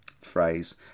phrase